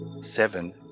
seven